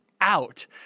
out